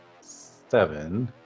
seven